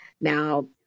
Now